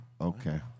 okay